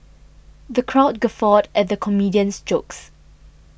the crowd guffawed at the comedian's jokes